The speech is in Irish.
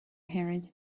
héireann